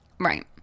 right